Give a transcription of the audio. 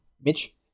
Mitch